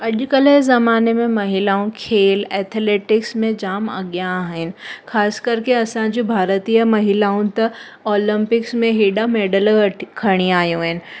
अॼु कल्ह जे ज़माने में महिलाऊं खेल ऐथेलेटिक्स में जामु अॻियां आहिनि ख़ासि करके असांजी भारतीय महिलाऊं त ओलंपिक्स में हेॾा मेडल व खणी आयूं आहिनि